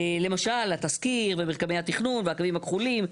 למשל, התזכיר, ומרקמי התכנון, והקווים הכחולים,